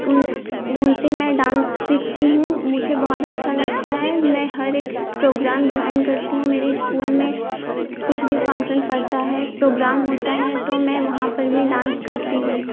उस उनसे मैं डांस सीखती हूँ मुझे बहुत अच्छा लगता है मैं हर एक प्रोग्राम जॉइन करती हूँ मेरे इस्कूल में कुछ भी फंक्शन पड़ता है प्रोग्राम होता है तो मैं वहाँ पर भी डांस करती हूँ